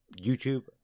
YouTube